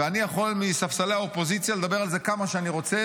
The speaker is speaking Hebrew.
ואני יכול מספסלי האופוזיציה לדבר על זה כמה שאני רוצה,